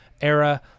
era